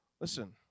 Listen